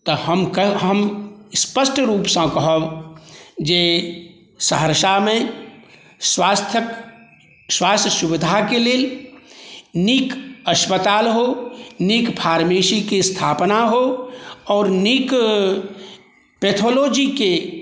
तऽ हम स्पष्ट रुपसऽ कहब जे सहरसामे स्वास्थ्यके स्वास्थ्य सुविधाके लेल नीक अस्पताल हो नीक फार्मेसीके स्थापना हो आओर नीक पैथोलॉजीके